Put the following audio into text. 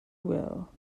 will